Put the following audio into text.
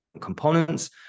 components